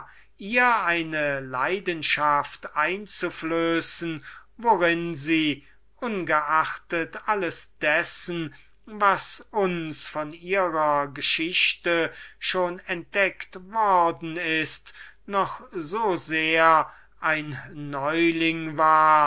ihr eine art von liebe einzuflößen worin sie ungeachtet alles dessen was uns von ihrer geschichte schon entdeckt worden ist noch so sehr ein neuling war